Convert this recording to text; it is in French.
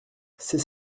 c’est